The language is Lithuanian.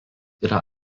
yra